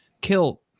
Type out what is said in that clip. kill